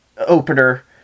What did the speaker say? opener